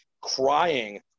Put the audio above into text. crying